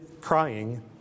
crying